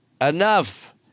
Enough